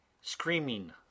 screaming